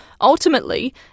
Ultimately